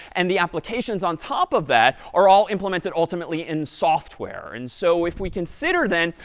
and the applications on top of that are all implemented, ultimately, in software. and so if we consider, then,